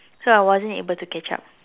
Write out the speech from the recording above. so I wasn't able to catch up